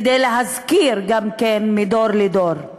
כדי להזכיר גם כן מדור לדור.